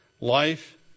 Life